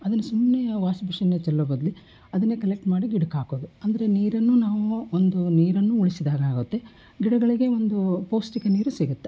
ಅದನ್ನು ಸುಮ್ಮನೆ ವಾಶ್ ಬೇಶಿನಲ್ಲಿ ಚೆಲ್ಲೋ ಬದ್ಲು ಅದನ್ನೇ ಕಲೆಕ್ಟ್ ಮಾಡಿ ಗಿಡಕ್ಕೆ ಹಾಕೋದು ಅಂದರೆ ನೀರನ್ನು ನಾವು ಒಂದು ನೀರನ್ನು ಉಳಿಸಿದಾಗ್ ಆಗುತ್ತೆ ಗಿಡಗಳಿಗೆ ಒಂದು ಪೌಷ್ಟಿಕ ನೀರೂ ಸಿಗುತ್ತೆ